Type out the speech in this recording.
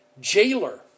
jailer